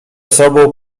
sobą